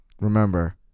Remember